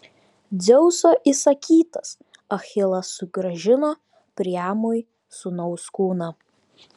dzeuso įsakytas achilas sugrąžino priamui sūnaus kūną